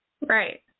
Right